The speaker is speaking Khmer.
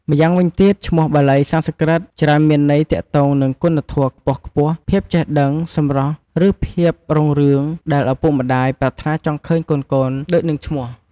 ម្យ៉ាងវិញទៀត ឈ្មោះបាលីសំស្រ្កឹតច្រើនមានន័យទាក់ទងនឹងគុណធម៌ខ្ពស់ៗ ភាពចេះដឹង សម្រស់ ឬភាពរុងរឿង ដែលឪពុកម្ដាយប្រាថ្នាចង់ឃើញកូនៗដូចនឹងឈ្មោះ។